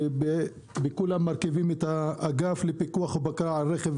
שכולם מרכיבים את האגף לפיקוח ובקרה על רכב,